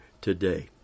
today